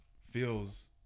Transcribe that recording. feels